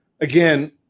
again